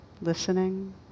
Listening